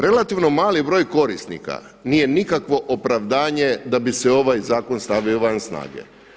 Relativno mali broj korisnika nije nikakvo opravdanje da bi se ovaj zakon stavio van snage.